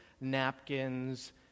napkins